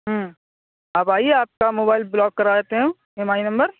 ہوں آپ آئیے آپ کا موبائل بلاک کرا دیتے ہیں ایم آئی نمبر